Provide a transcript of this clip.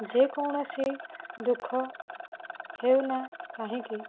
ଯେକୌଣସି ଦୁଃଖ ହେଉନା କାହିଁକି